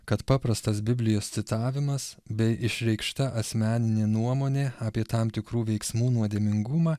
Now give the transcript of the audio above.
kad paprastas biblijos citavimas bei išreikšta asmeninė nuomonė apie tam tikrų veiksmų nuodėmingumą